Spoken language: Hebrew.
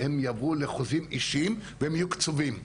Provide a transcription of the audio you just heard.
הם יעברו לחוזים אישים והם יהיו קצובים.